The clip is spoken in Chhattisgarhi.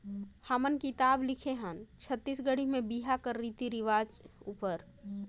हमन किताब लिखे हन छत्तीसगढ़ी में बिहा कर रीति रिवाज उपर